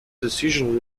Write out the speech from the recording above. decision